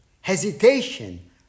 Hesitation